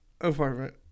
apartment